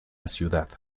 ciudad